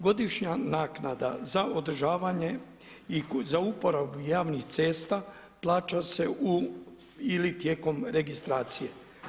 Godišnja naknada za održavanje i za uporabu javnih cesta plaća se u ili tijekom registracije.